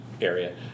area